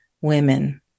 women